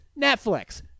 netflix